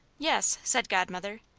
yes, said godmother,